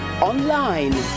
online